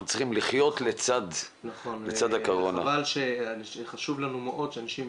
עושים טוב לעם ישראל וזה מה שחשוב לנו.